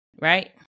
right